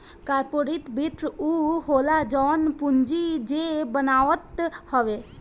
corporate वित्त उ होला जवन पूंजी जे बनावत हवे